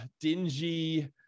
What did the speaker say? dingy